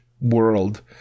world